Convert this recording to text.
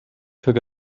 took